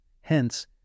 hence